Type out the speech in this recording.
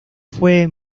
fue